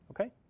okay